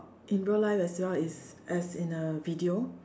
in real life as well is as in a video